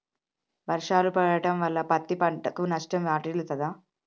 వర్షాలు పడటం వల్ల పత్తి పంటకు నష్టం వాటిల్లుతదా?